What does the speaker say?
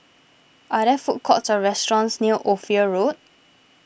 are there food courts or restaurants near Ophir Road